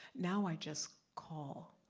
now, i just call.